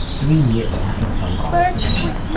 three years after the phone call with patricia.